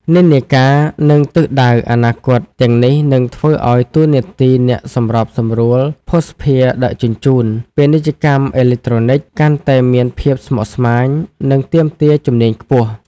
និន្នាការ និងទិសដៅអនាគតទាំងនេះនឹងធ្វើឱ្យតួនាទីអ្នកសម្របសម្រួលភស្តុភារដឹកជញ្ជូន ពាណិជ្ជកម្មអេឡិចត្រូនិក កាន់តែមានភាពស្មុគស្មាញ និងទាមទារជំនាញខ្ពស់។